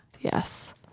yes